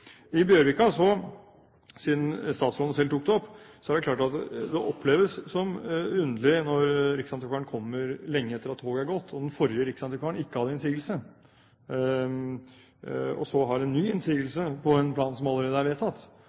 I Bjørvika, siden statsråden selv tok det opp, er det klart at det oppleves som underlig når riksantikvaren kommer lenge etter at toget er gått, og den forrige riksantikvaren ikke hadde innsigelser, med en innsigelse på en plan som allerede er vedtatt.